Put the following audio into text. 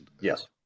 Yes